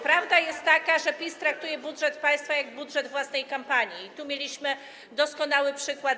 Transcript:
Prawda jest taka, że PiS traktuje budżet państwa jak budżet własnej kampanii, i tu mieliśmy na to doskonały przykład.